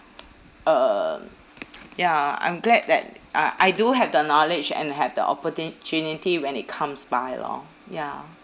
um ya I'm glad that uh I do have the knowledge and have the opportunity when it comes by lor ya